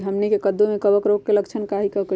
हमनी के कददु में कवक रोग के लक्षण हई का करी?